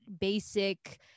basic